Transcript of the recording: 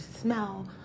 smell